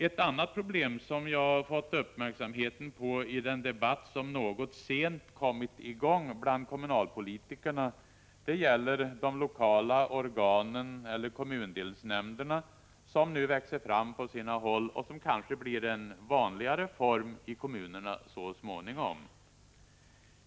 Ett annat problem som jag fått uppmärksamheten på i den debatt som något sent kommit i gång bland kommunalpolitikerna gäller de lokala organ eller kommundelsnämnder som nu växer fram på sina håll och som kanske blir en vanligare form i kommunerna så småningom.